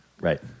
Right